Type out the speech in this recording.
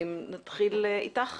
נתחיל איתך,